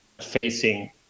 facing